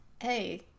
hey